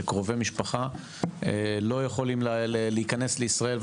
שקרובי משפחה לא יכולים להיכנס לישראל,